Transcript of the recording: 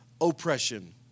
Oppression